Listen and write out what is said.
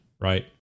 right